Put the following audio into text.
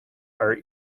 are